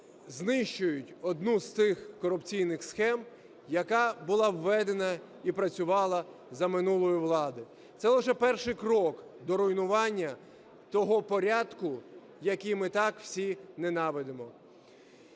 знищують одну з цих корупційних схем, яка була введена і працювала за минулої влади. Це вже перший крок до руйнування того порядку, який ми так всі ненавидимо.